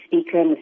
speaker